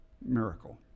miracle